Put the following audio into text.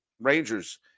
Rangers